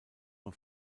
man